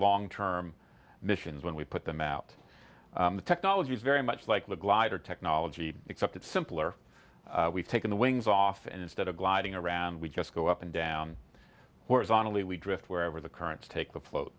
long term missions when we put them out the technology is very much like the glider technology except it's simpler we've taken the wings off and instead of gliding around we just go up and down horizontally we drift wherever the currents take the float